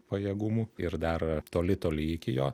pajėgumų ir dar toli toli iki jo